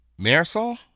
Marisol